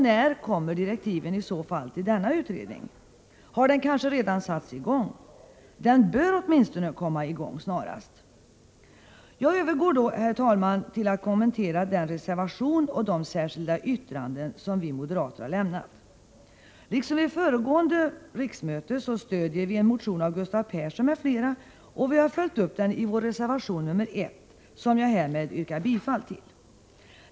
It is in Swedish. När kommer direktiven till denna utredning? Har den kanske redan satt i gång? Den bör åtminstone komma i gång snarast. Jag övergår nu, herr talman, till att kommentera den reservation och de särskilda yttranden som vi moderater lämnat. Liksom vid föregående riksmöte stöder vi en motion av Gustav Persson m.fl., och vi har följt upp den i vår reservation nr 1, som jag härmed yrkar bifall till.